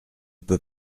peut